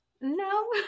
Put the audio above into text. No